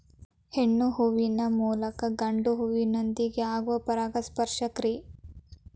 ಹೆಣ್ಣು ಹೂವಿನ ಮೂಲಕ ಗಂಡು ಹೂವಿನೊಂದಿಗೆ ಆಗುವ ಪರಾಗಸ್ಪರ್ಶ ಕ್ರಿಯೆ